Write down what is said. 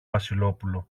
βασιλόπουλο